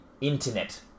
internet